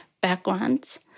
backgrounds